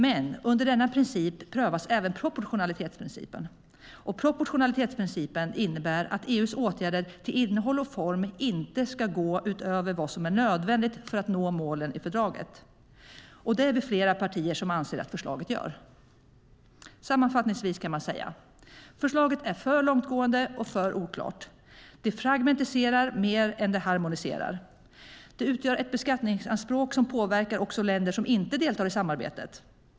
Men under denna princip prövas även proportionalitetsprincipen, och den innebär att "EU:s åtgärder till innehåll och form inte ska gå utöver vad som är nödvändigt för att nå målen i fördraget". Det är vi flera partier som anser att förslaget gör. Sammanfattningsvis kan man säga: Förslaget är för långtgående och för oklart. Det fragmentiserar mer än det harmoniserar. Det utgör ett beskattningsanspråk som påverkar också länder som inte deltar i samarbetet.